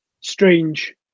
strange